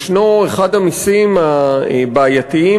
יש אחד המסים הבעייתיים,